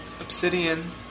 obsidian